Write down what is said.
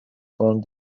from